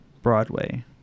Broadway